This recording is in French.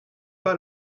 pas